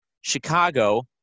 Chicago